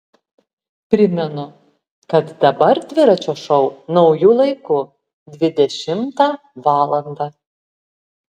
primenu kad dabar dviračio šou nauju laiku dvidešimtą valandą